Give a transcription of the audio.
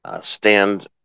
stand